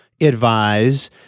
advise